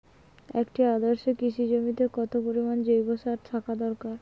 একটি আদর্শ কৃষি জমিতে কত পরিমাণ জৈব সার থাকা দরকার?